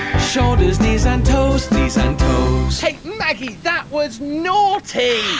shoulders, knees and toes. knees and toes. hey maggie. that was naughty.